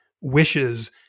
wishes